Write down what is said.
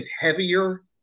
heavier